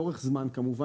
לאורך זמן כמובן,